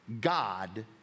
God